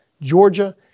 Georgia